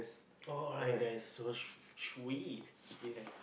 oh I that is so sw~ sweet you have